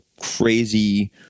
crazy